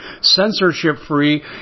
censorship-free